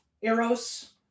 Eros